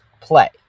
play